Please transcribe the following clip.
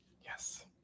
Yes